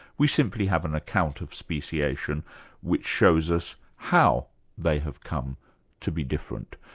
we simply have an account of speciation which shows us how they have come to be different.